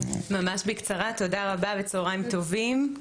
תודה רבה וצהריים טובים.